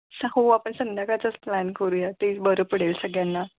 चा हो आपण संध्याकाळचाच प्लॅन करूया तेच बरं पडेल सगळ्यांना